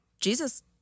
Jesus